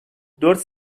dört